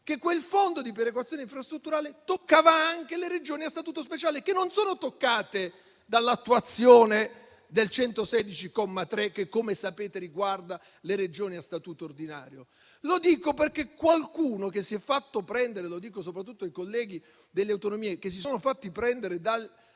quel fondo di perequazione infrastrutturale toccava anche le Regioni a statuto speciale, che non sono toccate dall'attuazione dell'articolo 116 comma 3 che, come sapete, riguarda le Regioni a statuto ordinario. Lo dico perché coloro - soprattutto i colleghi delle autonomie - che si sono fatti prendere